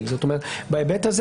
אלא זה יהיה מה שנקרא "חוצה מדיה".